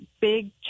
big